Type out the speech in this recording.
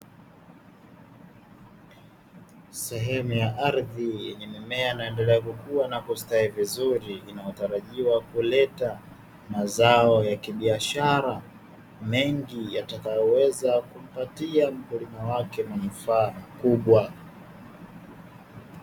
Sehemu ya ardhi yenye mimea inayoendelea kukua na kustawi vizuri. Inayotarajiwa kuleta mazao ya kibiashara mengi yatakayoweza kumpatia mkulima wake manufaa makubwa.